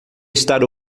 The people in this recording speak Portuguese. estar